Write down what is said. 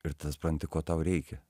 ir tada supranti ko tau reikia